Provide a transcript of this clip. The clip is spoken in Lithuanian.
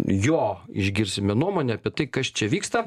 jo išgirsime nuomonę apie tai kas čia vyksta